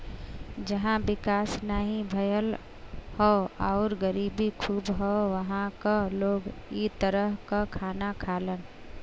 जहां विकास नाहीं भयल हौ आउर गरीबी खूब हौ उहां क लोग इ तरह क खाना खालन